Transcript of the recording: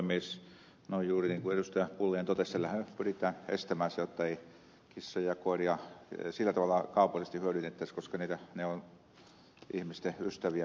pulliainen totesi tällähän pyritään estämään se jotta ei kissoja ja koiria sillä tavalla kaupallisesti hyödynnettäisi koska ne ovat ihmisten ystäviä lemmikkieläimiä